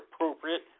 appropriate